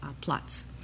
plots